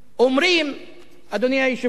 אדוני היושב-ראש,